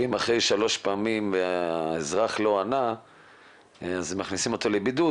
שאם אחרי שלוש פעמים האזרח לא ענה מכניסים אותו לבידוד.